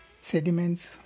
sediments